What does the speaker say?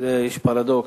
יש פרדוקס,